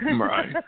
Right